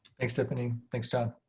thanks, tiffany. thanks, john.